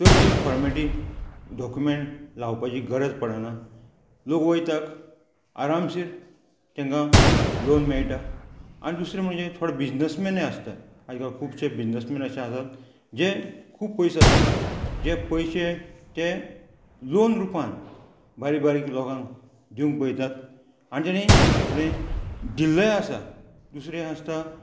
चडशी formality document लावपाची गरज पडना लोक वयताक आरामसे तेंकां लोन मेयटा आनी दुसरें म्हणजे थोडे बिजनसमॅनय आसता आजकाल खुबशे बिजनसमॅन अशे आसात जे खूब पयशे आसता जे पयशे ते लॉन रुपान बारीक बारीक लोकांक दिवंक पयतात आनी तेणी एफडी दिल्लोय आसा दुसरे आसता